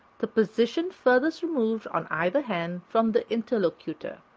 the position farthest removed on either hand from the interlocutor.